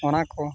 ᱚᱱᱟᱠᱚ